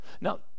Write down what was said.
Now